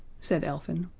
said elfin.